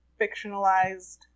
fictionalized